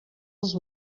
els